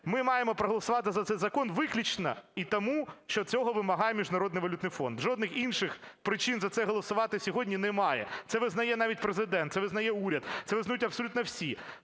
ми маємо проголосувати за цей закон виключно і тому, що цього вимагає Міжнародний валютний фонд. Жодних інших причин за це голосувати сьогодні немає. Це визнає навіть Президент, це визнає уряд, це визнають абсолютно всі.